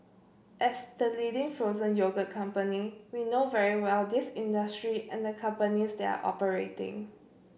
as the leading frozen yogurt company we know very well this industry and the companies they are operating